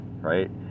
right